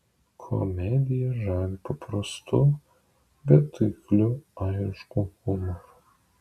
komedija žavi paprastu bet taikliu airišku humoru